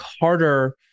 harder